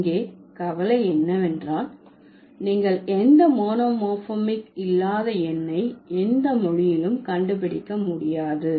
இங்கே கவலை என்னவென்றால் நீங்கள் எந்த மோனோமோர்பமிக் இல்லாத எண்ணை எந்த மொழியிலும் கண்டுபிடிக்க முடியாது